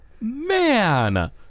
Man